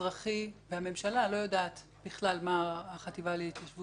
והממשלה לא יודעת בכלל מה החטיבה להתיישבות עושה.